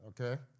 Okay